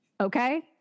Okay